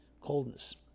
coldness